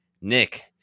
Nick